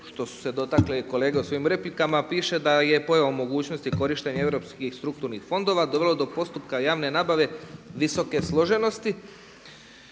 što su se dotakle kolege u svojim replikama piše da je pojavom mogućnosti korištenja europskih strukturnih fondova dovelo do postupka javne nabave visoke složenosti